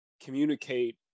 communicate